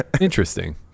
Interesting